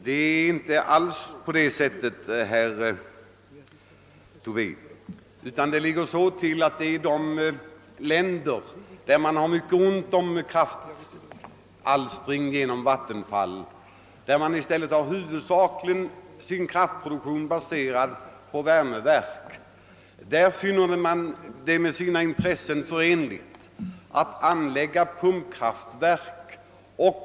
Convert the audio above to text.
Det är inte alls på det sättet, herr Tobé, utan det ligger så till att i de länder där man har mycket ont om kraftalstring genom vattenfall, där man i stället huvudsakligen har sin produktion baserad på värmeverk, finner man det med sina intressen förenligt att anlägga pumpkraftverk.